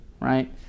Right